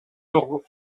autour